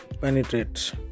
penetrate